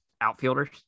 outfielders